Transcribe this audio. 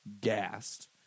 gassed